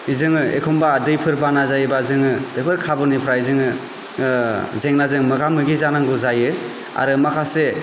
जोङो एखमब्ला दैफोर बाना जायोब्ला जोङो बेफोर खाबुनिफ्राय जोङो जेंनाजों मोगा मोगि जानांगौ जायो आरो माखासे